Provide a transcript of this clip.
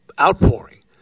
outpouring